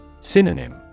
Synonym